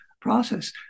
process